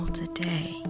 today